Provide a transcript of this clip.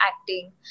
acting